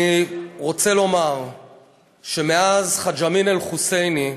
אני רוצה לומר שמאז חאג' אמין אל-חוסייני,